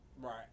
right